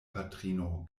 patrino